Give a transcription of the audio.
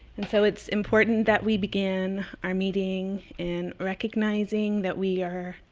and so, it's important that we begin our meeting in recognizing that we are